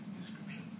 description